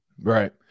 Right